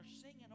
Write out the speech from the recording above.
singing